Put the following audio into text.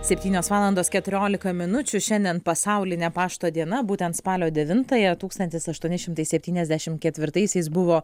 septynios valandos keturiolika minučių šiandien pasaulinė pašto diena būtent spalio devintąją tūkstantis aštuoni šimtai septyniasdešimt ketvirtaisiais buvo